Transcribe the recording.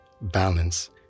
Balance